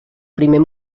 primer